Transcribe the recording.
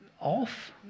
off